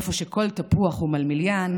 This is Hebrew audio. איפה שכל תפוח הוא מלמיליאן,